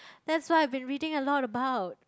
that's why I been reading a lot about